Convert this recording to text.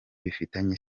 bifitanye